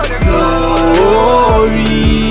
glory